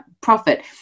profit